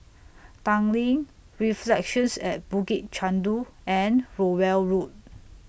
Tanglin Reflections At Bukit Chandu and Rowell Road